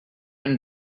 and